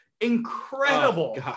incredible